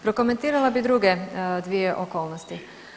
Prokomentirala bi druge dvije okolnosti.